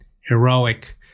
heroic